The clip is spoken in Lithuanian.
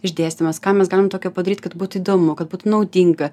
išdėstymas ką mes galim tokio padaryt kad būtų įdomu kad būtų naudinga